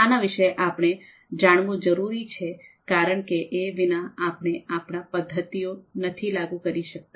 આના વિશે આપણે જાણવું જરૂરી છે કારણ કે એ વિના આપણે આપણા પદ્ધતિઓ નથી લાગુ કરી શકતા